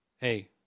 hey